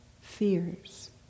fears